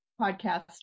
podcast